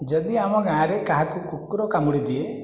ଯଦି ଆମ ଗାଁ'ରେ କାହାକୁ କୁକୁର କାମୁଡ଼ି ଦିଏ